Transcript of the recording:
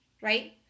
Right